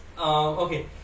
Okay